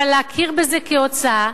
אבל להכיר בזה כהוצאה,